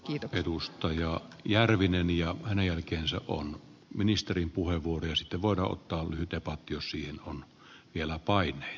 niitä edustajia järvinen ja hänen jälkeensä on ministerin puhe vuoriston vuoro keskusteltaisiin siltä pohjalta